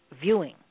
viewing